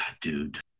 dude